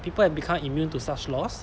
people have become immune to such laws